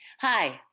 Hi